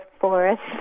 forest